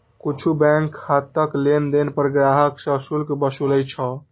किछु बैंक खाताक लेनदेन पर ग्राहक सं शुल्क वसूलै छै